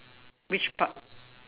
which part